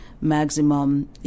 maximum